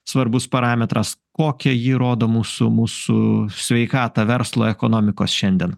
svarbus parametras kokią ji rodo mūsų mūsų sveikatą verslo ekonomikos šiandien